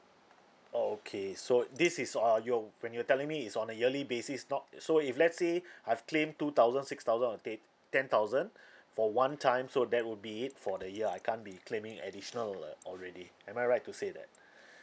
oh okay so this is all your when you're telling me it's on a yearly basis not so if let's say I've claimed two thousand six thousand or te~ ten thousand for one time so that would be it for the year I can't be claiming additional uh already am I right to say that